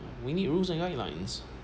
we need rules and guidelines